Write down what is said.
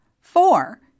Four